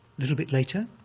little bit later,